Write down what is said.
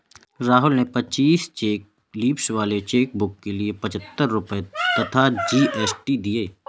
राहुल ने पच्चीस cheque leaves वाले चेकबुक के लिए पच्छत्तर रुपये तथा जी.एस.टी दिए